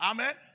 Amen